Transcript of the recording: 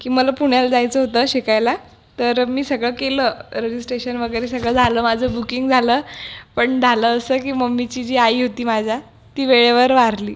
की मला पुण्याला जायचं होतं शिकायला तर मी सगळं केलं रजिस्ट्रेशन वगैरे सगळं झालं माझं बुकिंग झालं पण झालं असं की मम्मीची जी आई होती माझ्या ती वेळेवर वारली